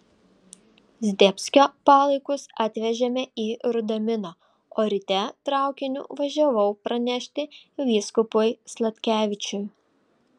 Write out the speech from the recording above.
zdebskio palaikus atvežėme į rudaminą o ryte traukiniu važiavau pranešti vyskupui sladkevičiui